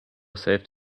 saved